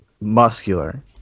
muscular